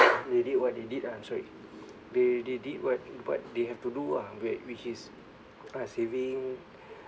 they did what they did ah I'm sorry they they did what what they have to do ah wait which is uh saving